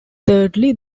thirdly